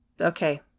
Okay